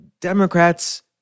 Democrats